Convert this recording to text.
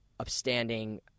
upstanding